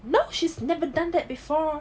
no she's never done that before